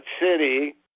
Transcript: city